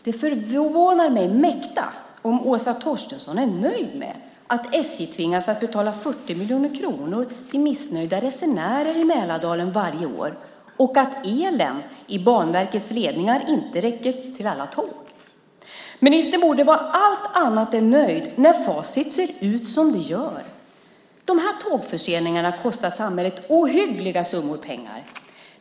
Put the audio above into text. Det förvånar mig mäkta om Åsa Torstensson är nöjd med att SJ tvingas att betala 40 miljoner kronor till missnöjda resenärer i Mälardalen varje år och att elen i Banverkets ledningar inte räcker till alla tåg. Ministern borde vara allt annat än nöjd när facit ser ut som det gör. De här tågförseningarna kostar samhället ohyggliga summor pengar.